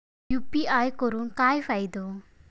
UPI करून काय फायदो?